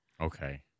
okay